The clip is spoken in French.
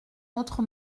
autre